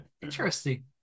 Interesting